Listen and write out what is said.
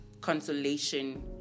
consolation